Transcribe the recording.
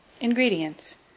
ingredients